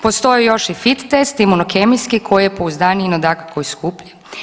Postoji još i fit test, imunokemijski koji je pouzdaniji no dakako i skuplji.